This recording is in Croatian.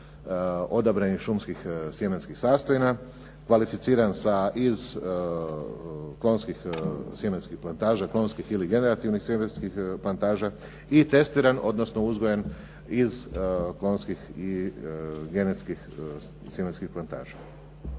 odabranim šumskim sjemenskim sastojna, kvalificiran iz klaonskih sjemenskih plantaža, klaonskih ili generativnih sjemenskih plantaža i testiran, odnosno uzgojen iz klaonskih i sjemenskih plantaža.